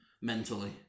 mentally